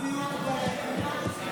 התשפ"ד 2024,